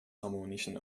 harmonischen